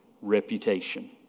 reputation